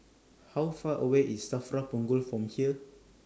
How Far away IS SAFRA Punggol from here